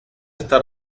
está